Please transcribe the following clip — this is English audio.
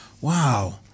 Wow